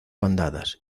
bandadas